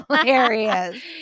hilarious